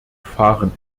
fahren